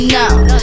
now